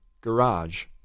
garage